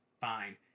fine